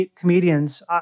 comedians